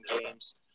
games